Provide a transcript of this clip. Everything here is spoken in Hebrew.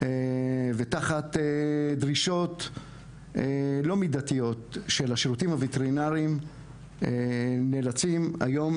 ותחת דרישות לא מידתיות של השירותים הווטרינרים נאלצים היום